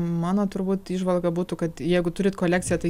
mano turbūt įžvalga būtų kad jeigu turit kolekciją tai